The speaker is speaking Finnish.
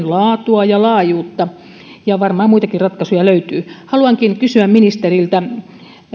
laatua ja laajuutta ja varmaan muitakin ratkaisuja löytyy haluankin kysyä ministeriltä